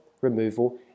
removal